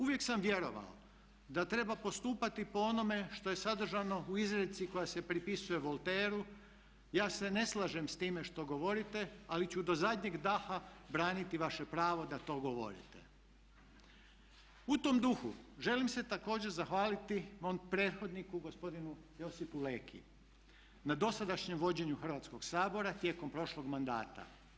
Uvijek sam vjerovao da treba postupati po onome što je sadržano u izrijeci koja se pripisuje Voltaireu "ja se ne slažem s time što govorite, ali ću do zadnjeg daha braniti vaše pravo da to govorite." U tom duhu želim se također zahvaliti mom prethodniku gospodinu Josipu Leki na dosadašnjem vođenju Hrvatskog sabora tijekom prošlog mandata.